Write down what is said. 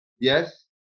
Yes